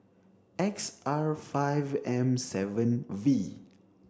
X R five M seven V